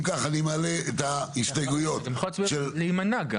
אתה יכול להימנע.